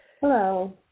Hello